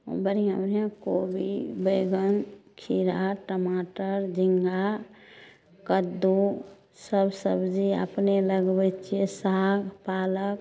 बढ़िआँ बढ़िआँ कोबी बैंगन खीरा टमाटर झींगा कद्दू सब सबजी अपने लगबैत छियै साग पालक